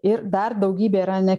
ir dar daugybė yra ne